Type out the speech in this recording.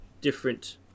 different